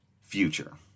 future